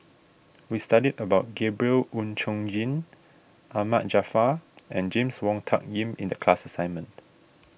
we studied about Gabriel Oon Chong Jin Ahmad Jaafar and James Wong Tuck Yim in the class assignment